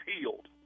healed